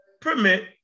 permit